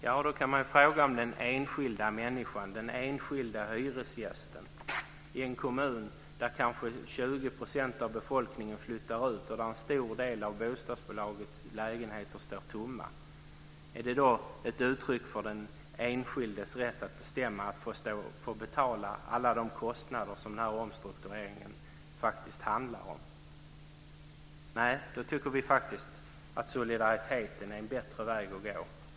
Fru talman! Då kan man fråga: Är det, i en kommun där kanske 20 % av befolkningen flyttar ut och en stor del av bostadsbolagens lägenheter står tomma, ett uttryck för den enskildes rätt att bestämma att få betala alla de kostnader som omstruktureringen faktiskt handlar om? Nej, då tycker vi att solidariteten är en bättre väg att gå.